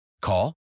Call